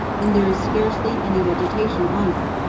and there is scarcely any vegetation on it,